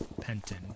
Penton